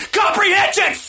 comprehension